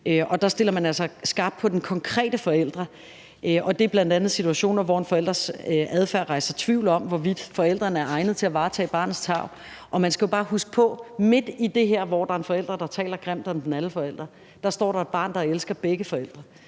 Der stiller man altså skarpt på den konkrete forælder, og det er bl.a. i situationer, hvor en forælders adfærd rejser tvivl om, hvorvidt forælderen er egnet til at varetage barnets tarv. Man skal jo bare huske på, at midt i det her, hvor der er en forælder, der taler grimt om den anden forælder, står der et barn, der elsker begge forældre,